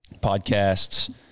Podcasts